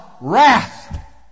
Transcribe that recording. wrath